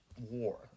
war